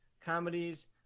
comedies